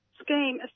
scheme